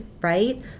right